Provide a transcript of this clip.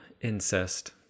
incest